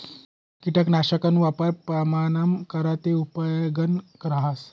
किटकनाशकना वापर प्रमाणमा करा ते उपेगनं रहास